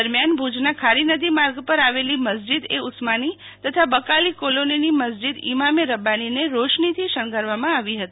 દરમિયાન ભુજના ખારી નદી માર્ગ પર આવેલી મસ્જીદ એ ઇસ્માની તથા બકાલી કોલોનીની મસ્જીદ ઈમામે રબ્બાનીને રોશનીથી શણગારવામાં આવી હતી